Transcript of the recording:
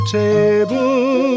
table